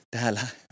Täällä